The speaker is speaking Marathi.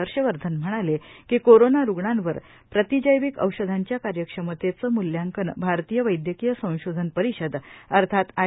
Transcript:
हर्ष वर्धन म्हणाले की कोरोना रूग्णांवर प्रतिजैविक औषधांच्या कार्यक्षमतेचे मूल्यांकन भारतीय वैद्यकीय संशोधन परिषद अर्थात आय